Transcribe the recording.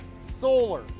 solar